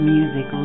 music